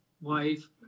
wife